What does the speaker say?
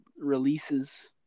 releases